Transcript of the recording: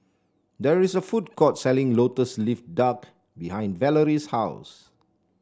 there is a food court selling lotus leaf duck behind Valorie's house